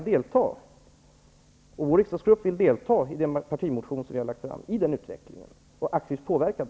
Jag och min riksdagsgrupp vill gärna i enlighet med vår partimotion delta i utvecklingen och aktivt påverka den.